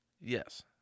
Yes